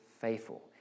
faithful